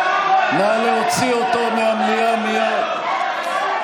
נא להוציא אותו מהמליאה מייד.